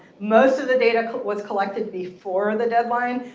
most of the data was collected before the deadline.